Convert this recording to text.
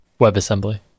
WebAssembly